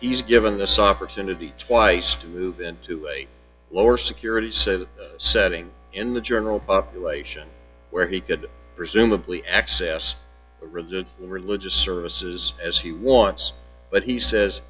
he's given this opportunity twice to move into a lower security setting in the general population where he could presumably access religion and religious services as he wants but he says